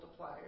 multipliers